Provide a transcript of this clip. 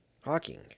Hawking